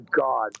God